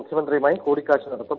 മുഖ്യമന്ത്രിയുമായി കൂടിക്കാഴ്ച നടത്തും